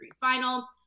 final